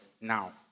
now